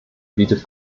bietet